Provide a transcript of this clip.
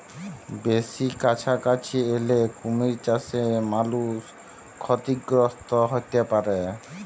বেসি কাছাকাছি এলে কুমির চাসে মালুষ ক্ষতিগ্রস্ত হ্যতে পারে